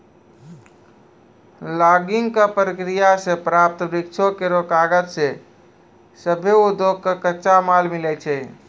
logging क प्रक्रिया सें प्राप्त वृक्षो केरो कागज सें सभ्भे उद्योग कॅ कच्चा माल मिलै छै